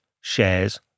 shares